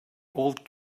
old